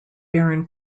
baron